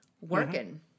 working